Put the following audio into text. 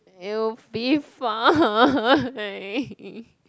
it'll be fine